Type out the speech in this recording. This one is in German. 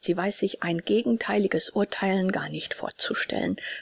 sie weiß sich ein gegentheiliges urtheilen gar nicht vorzustellen